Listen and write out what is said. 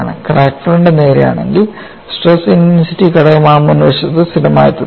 crack front നേരെയാണെങ്കിൽ stress intensity ഘടകം ആ മുൻവശത്ത് സ്ഥിരമായി തുടരും